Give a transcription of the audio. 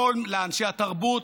לאנשי התרבות,